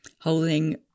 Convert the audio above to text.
holding